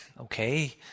okay